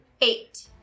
Eight